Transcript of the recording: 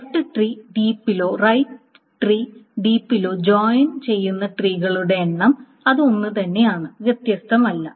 left tree ഡീപ്പിലോ right tree ഡീപ്പിലോ join ചെയ്യുന്ന ട്രീകളുടെ എണ്ണം അത് ഒന്നുതന്നെയാണ് വ്യത്യസ്തമല്ല